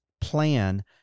plan